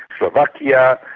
slovakia,